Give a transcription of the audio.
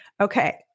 Okay